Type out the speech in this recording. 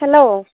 hello